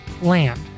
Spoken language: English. Land